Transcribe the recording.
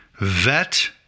Vet